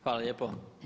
Hvala lijepa.